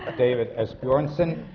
ah david esbjornson,